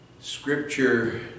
scripture